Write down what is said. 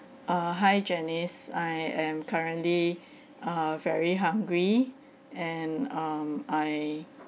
uh hi janice I am currently uh very hungry and um I